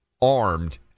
armed